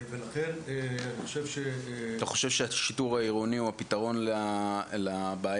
אתה חושב שהשיטור העירוני הוא הפתרון לבעיה